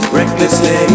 recklessly